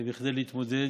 כדי להתמודד